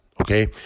okay